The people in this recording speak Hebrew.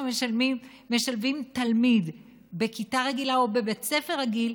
משלבים תלמיד בכיתה רגילה או בבית ספר רגיל,